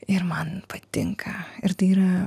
ir man patinka ir tai yra